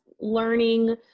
learning